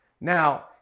Now